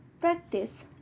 practice